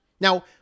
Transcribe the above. Now